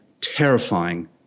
terrifying